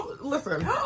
listen